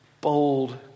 bold